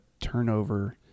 turnover